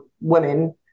women